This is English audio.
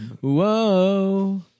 Whoa